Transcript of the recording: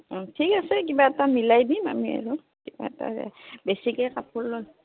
ঠিক আছে কিবা এটা মিলাই দিম আমি আৰু কিবা এটা বেছিকৈ কাপোৰ ল'লে